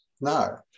No